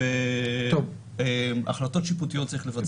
את הצווים הנכונים והחלטות שיפוטיות צריך לבצע.